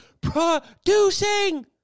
producing